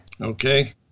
Okay